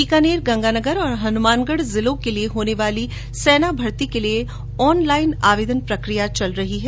बीकानेर गंगानगर और हनुमानगढ जिलों के लिए होने वाली सेना भर्ती के लिए ऑनलाईन आवेदन प्रक्रिया चल रही है